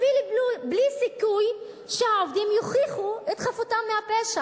אפילו בלי סיכוי שהעובדים יוכיחו את חפותם מהפשע.